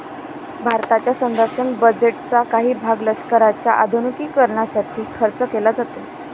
भारताच्या संरक्षण बजेटचा काही भाग लष्कराच्या आधुनिकीकरणासाठी खर्च केला जातो